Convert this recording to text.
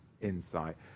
insight